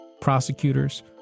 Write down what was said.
prosecutors